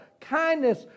kindness